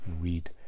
read